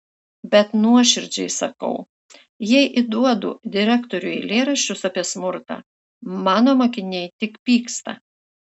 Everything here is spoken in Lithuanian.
bet nuoširdžiai sakau jei įduodu direktoriui eilėraščius apie smurtą mano mokiniai tik pyksta